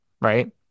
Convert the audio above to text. Right